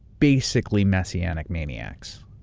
basically messianic maniacs.